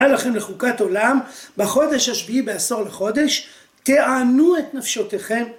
לכם לחוקת עולם בחודש השביעי בעשור לחודש, תענו את נפשותיכם.